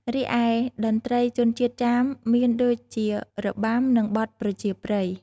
រីឯតន្ត្រីជនជាតិចាមមានដូចជារបាំ និងបទប្រជាប្រិយ។